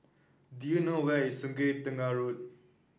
do you know where is Sungei Tengah Road